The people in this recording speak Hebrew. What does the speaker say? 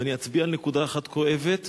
ואני אצביע על נקודה אחת כואבת,